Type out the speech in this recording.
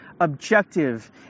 objective